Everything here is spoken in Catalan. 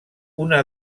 una